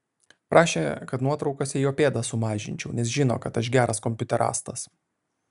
prašė kad nuotraukose jo pėdas sumažinčiau nes žino kad aš geras kompiuterastas